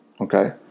okay